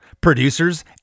producers